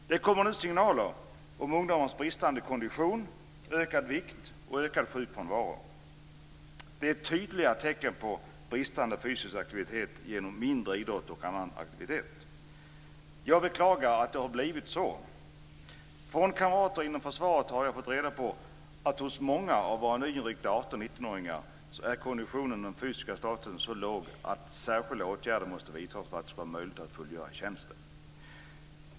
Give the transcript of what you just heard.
Det kommer nu signaler om ungdomars bristande kondition, om ökad vikt och om ökad sjukfrånvaro. Det är tydliga tecken på bristande fysisk aktivitet i och med att det är mindre idrott och annan aktivitet. Jag beklagar att det har blivit så. Från kamrater inom försvaret har jag fått reda på att många av våra nyinryckta 18-19-åringar har så dålig kondition och en så låg fysisk status att särskilda åtgärder måste vidtas för att det ska vara möjligt för dem att fullgöra tjänstgöringen.